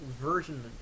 version